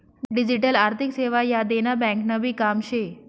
digital आर्थिक सेवा ह्या देना ब्यांकनभी काम शे